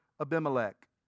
Abimelech